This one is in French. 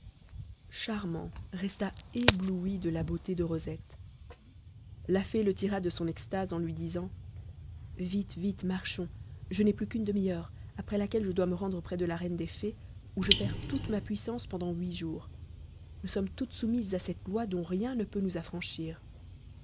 charmant resta ébloui de la beauté de rosette la fée le tira de son extase en lui disant vite vite marchons je n'ai plus qu'une demi-heure après laquelle je dois me rendre près de la reine des fées où je perds toute ma puissance pendant huit jours nous sommes toutes soumises à cette loi dont rien ne peut nous affranchir